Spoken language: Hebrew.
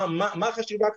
מה החשיבה כאן?